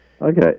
Okay